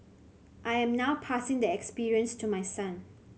I am now passing the experience to my son